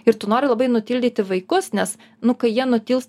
ir tu nori labai nutildyti vaikus nes nu kai jie nutils